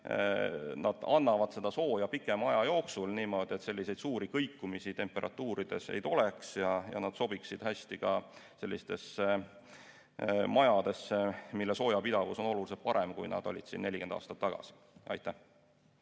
nad annavad sooja pikema aja jooksul niimoodi, et suuri kõikumisi temperatuurides ei oleks ja nad sobiksid hästi ka sellistesse majadesse, mille soojapidavus on oluliselt parem, kui see oli 40 aastat tagasi.